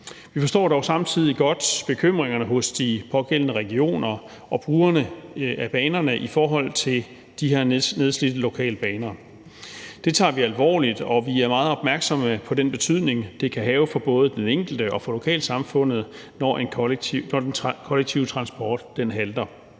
Vi forstår dog samtidig godt bekymringerne hos de pågældende regioner og brugerne af banerne i forhold til de her nedslidte lokalbaner. Det tager vi alvorligt, og vi er meget opmærksomme på den betydning, det kan have for både den enkelte og for lokalsamfundet, når den kollektive transport halter.